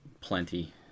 plenty